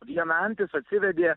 viena antis atsivedė